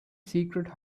secret